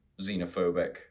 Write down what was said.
xenophobic